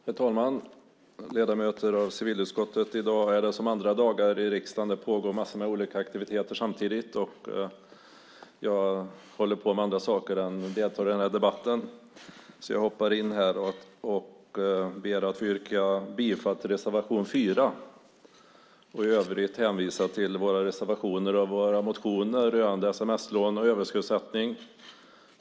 Herr talman! Ledamöter av civilutskottet! I dag liksom andra dagar pågår många aktiviteter samtidigt i riksdagen. Jag håller på med andra saker förutom att delta i denna debatt. Jag yrkar därför bifall till reservation 4. I övrigt hänvisar jag till våra reservationer och motioner om sms-lån och överskuldsättning.